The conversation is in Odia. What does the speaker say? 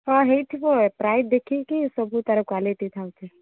ହଁ ହେଇଥିବ ପ୍ରାଇସ୍ ଦେଖିକି ସବୁ ତାର କ୍ୱାଲିଟି ଥାଉଛି